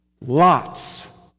Lots